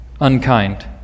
Unkind